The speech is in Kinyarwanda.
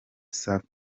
safi